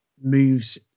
moves